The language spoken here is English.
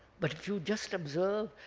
but if you just observe,